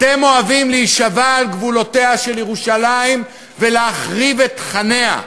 אתם אוהבים להישבע על גבולותיה של ירושלים ולהחריב את תכניה.